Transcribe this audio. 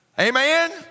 Amen